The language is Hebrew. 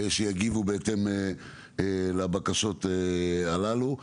שיגיבו בהתאם לבקשות הללו.